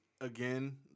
again